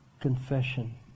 confession